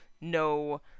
no